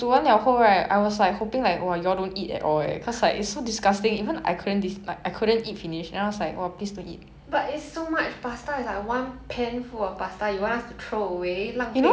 but it's so much pasta it's like one pan full of pasta you want us to throw away 浪费食物 you know